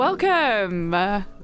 Welcome